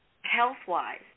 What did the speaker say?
health-wise